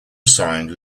signed